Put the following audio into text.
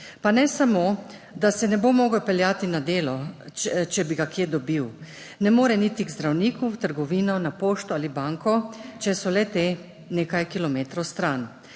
Pa ne samo, da se ne bo mogel peljati na delo, če bi ga kje dobil, ne more iti k zdravniku, v trgovino, na pošto ali banko, če so le-te nekaj kilometrov stran,